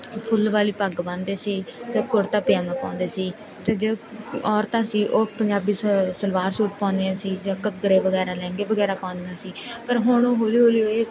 ਫੁੱਲ ਵਾਲੀ ਪੱਗ ਬੰਨਦੇ ਸੀ ਅਤੇ ਕੁੜਤਾ ਪਜਾਮਾ ਪਾਉਂਦੇ ਸੀ ਅਤੇ ਜੋ ਔਰਤਾਂ ਸੀ ਉਹ ਪੰਜਾਬੀ ਸ ਸਲਵਾਰ ਸੂਟ ਪਾਉਂਦੀਆਂ ਸੀ ਜਾਂ ਘੱਗਰੇ ਵਗੈਰਾ ਲਹਿੰਗੇ ਵਗੈਰਾ ਪਾਉਂਦੀਆਂ ਸੀ ਪਰ ਹੁਣ ਉਹ ਹੋਲੀ ਹੋਲੀ ਇਹ